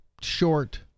short